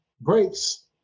breaks